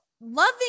loving